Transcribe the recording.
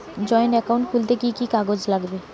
Joint account খুলতে কি কি কাগজ লাগবে?